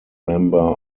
member